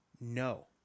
No